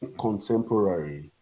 contemporary